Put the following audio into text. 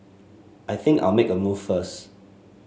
I think I'll make a move first